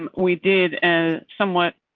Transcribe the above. um we did a somewhat.